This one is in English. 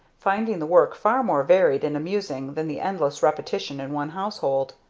finding the work far more varied and amusing than the endless repetition in one household.